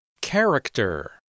Character